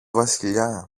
βασιλιά